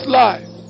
life